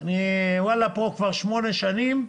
אני פה כבר שמונה שנים,